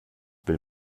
will